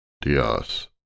Dios